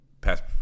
past